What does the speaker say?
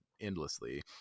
endlessly